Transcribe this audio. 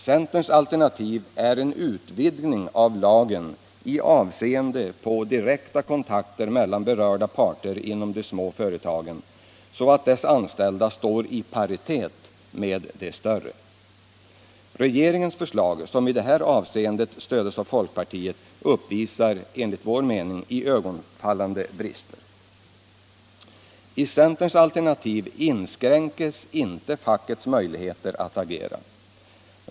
Centerns alternativ är en utvidgning av lagen med avseende på direkta kontakter mellan berörda parter inom de små företagen så att deras anställda står i paritet med de större företagens. Regeringens förslag, som i det här avseendet stöds av folkpartiet, uppvisar enligt vår mening iögonfallande brister på denna punkt. I centerns alternativ inskränks inte fackets möjligheter att agera.